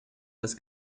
das